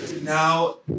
Now